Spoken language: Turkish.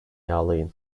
yağlayın